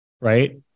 right